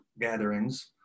gatherings